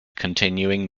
continuing